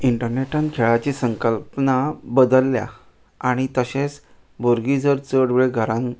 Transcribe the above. इंटर्नॅटान खेळाची संकल्पना बद्दल्ल्या आनीतशेंच भुरगीं जर चड वेळ घरान